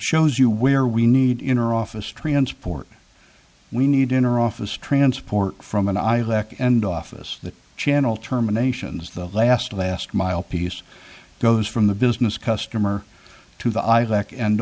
shows you where we need inner office transport we need inner office transport from and i lack and office that channel terminations the last last mile piece goes from the business customer to the